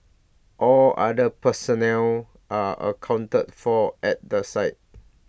all other personnel are accounted for at the site